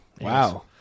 Wow